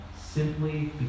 simply